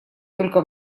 только